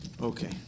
okay